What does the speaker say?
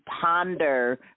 ponder